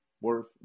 worth